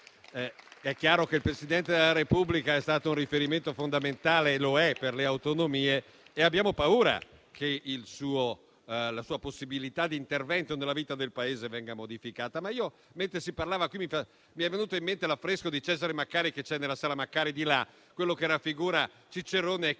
È chiaro che il Presidente della Repubblica è stato un riferimento fondamentale e lo è per le Autonomie e abbiamo paura che la sua possibilità di intervento nella vita del Paese venga modificata. Mentre si parlava qui, mi è venuto in mente l'affresco di Cesare Maccari che si trova nell'omonima sala Maccari, in questo Palazzo, che raffigura Cicerone, che